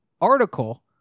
article